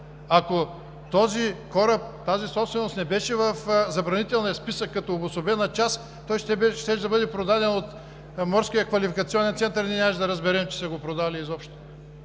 Ако този кораб, тази собственост не беше в Забранителния списък като обособена част, той щеше да бъде продаден от Морския квалификационен център и ние изобщо нямаше да разберем, че са го продали.